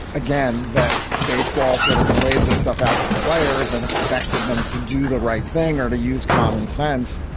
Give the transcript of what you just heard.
again, that baseball sort of laid the stuff out to the players and expected them to do the right thing or to use common sense.